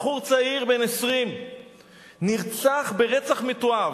בחור צעיר בן 20 נרצח רצח מתועב,